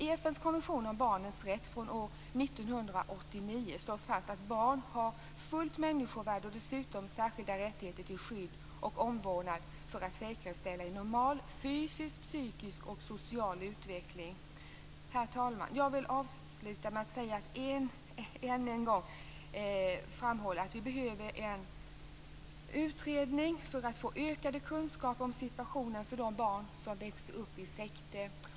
I FN:s konvention från 1989 om barnens rätt slås det fast att barn har fullt människovärde och dessutom särskilda rättigheter till skydd och omvårdnad för att säkerställa en normal fysisk, psykisk och social utveckling. Herr talman! Jag vill avsluta med att än en gång framhålla att vi behöver en utredning för att få ökade kunskaper om situationen för de barn som växer upp i sekter.